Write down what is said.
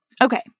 Okay